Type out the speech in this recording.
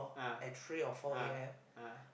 ah ah ah